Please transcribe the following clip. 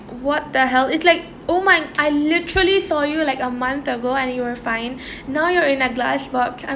what the hell is like oh my I literally saw you like a month ago and you were fine now you're in a glass box I'm